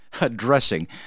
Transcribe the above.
Addressing